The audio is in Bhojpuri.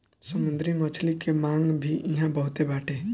समुंदरी मछली के मांग भी इहां बहुते बाटे